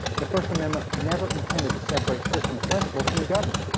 the first amendment never intended to separate christian principles from government.